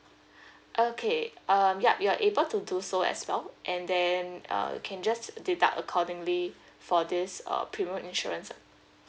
okay um yup you are able to do so as well and then uh you can just deduct accordingly for this uh premium insurance